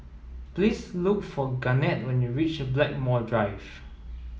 please look for Garnett when you reach Blackmore Drive